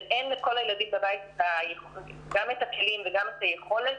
אין לכל הילדים בבית גם את הכלים וגם את היכולת.